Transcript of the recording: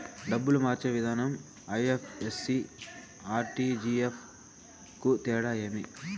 డబ్బులు మార్చే విధానం ఐ.ఎఫ్.ఎస్.సి, ఆర్.టి.జి.ఎస్ కు తేడా ఏమి?